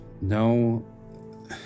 No